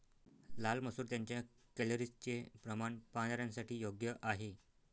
लाल मसूर त्यांच्या कॅलरीजचे प्रमाण पाहणाऱ्यांसाठी योग्य आहे